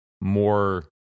more